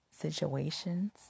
situations